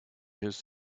his